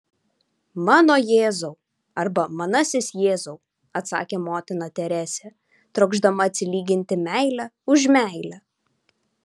mano jėzau arba manasis jėzau atsakė motina teresė trokšdama atsilyginti meile už meilę